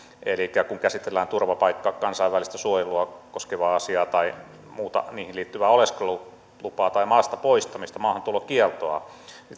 elikkä kun käsitellään turvapaikkaa kansainvälistä suojelua koskevaa asiaa tai muuta niihin liittyvää oleskelulupaa tai maasta poistamista maahantulokieltoa niin